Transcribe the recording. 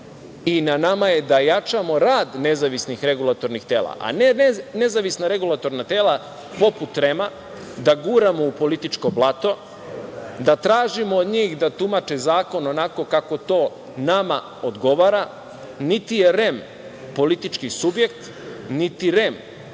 i na nama je da jačamo rad nezavisnih regulatornih tela, a ne nezavisna regulatorna tela, poput REM, da guramo u političko blato, da tražimo od njih da tumače zakon onako kako to nama odgovara, niti je REM politički subjekt, niti REM učestvuje na izborima,